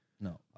no